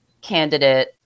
candidate